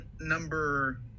number